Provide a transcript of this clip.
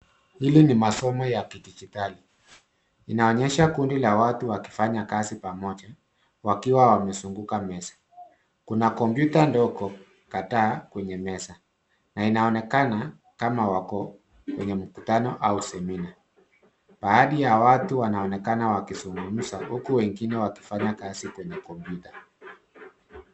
Hili ni masomo ya kidigitali. Inaonyesha kundi la watu wakifanya kazi pamoja wakiwa wamezunguka meza. Kuna kompyuta ndogo kadhaa kwenye meza na inaonekana kama wako kwenye mkutano au semina. Baadhi ya watu wanaonekana wakizungumza huku wengine wakifanya kazi kwenye kompyuta.